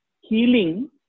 healing